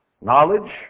Knowledge